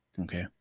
Okay